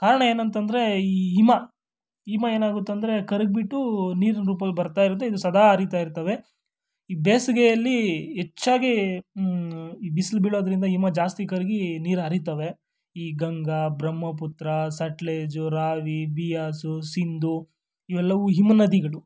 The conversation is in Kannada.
ಕಾರಣ ಏನಂತಂದರೆ ಈ ಹಿಮ ಹಿಮ ಏನಾಗುತ್ತೆ ಅಂದರೆ ಕರಗಿ ಬಿಟ್ಟು ನೀರಿನ ರೂಪ್ದಲ್ ಬರ್ತಾ ಇರುತ್ತೆ ಇದು ಸದಾ ಹರಿತಾ ಇರ್ತವೆ ಈ ಬೇಸಿಗೆಯಲ್ಲಿ ಹೆಚ್ಚಾಗಿ ಈ ಬಿಸಿಲು ಬೀಳೋದರಿಂದ ಹಿಮ ಜಾಸ್ತಿ ಕರಗಿ ನೀರು ಹರೀತವೆ ಈ ಗಂಗಾ ಬ್ರಹ್ಮಪುತ್ರ ಸಟ್ಲೇಜು ರಾವಿ ಬಿಯಾಸು ಸಿಂಧು ಇವೆಲ್ಲವೂ ಹಿಮನದಿಗಳು